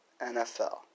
NFL